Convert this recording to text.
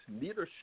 leadership